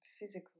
physical